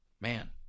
man